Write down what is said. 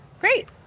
great